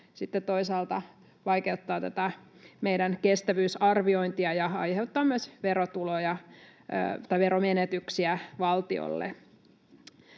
toisaalta vaikeuttaa tätä meidän kestävyysarviointia ja aiheuttaa myös veromenetyksiä valtiolle.